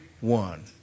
one